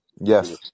Yes